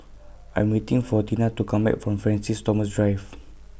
I'm waiting For Tina to Come Back from Francis Thomas Drive